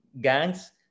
gangs